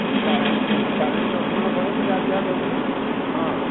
କା ତାରିଣୀ ଦର୍ଶନ ପରେ ଖିଆପିଆ କରିକି ହଁ